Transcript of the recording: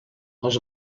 els